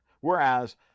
Whereas